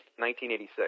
1986